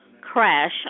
crash